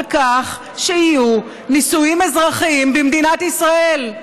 על כך שיהיו נישואים אזרחיים במדינת ישראל.